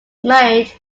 married